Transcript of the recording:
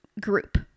group